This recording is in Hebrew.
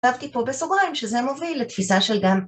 כתבתי פה בסוגריים שזה מוביל לתפיסה של גם.